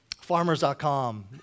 farmers.com